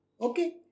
Okay